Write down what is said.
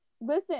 Listen